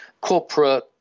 Corporate